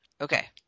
Okay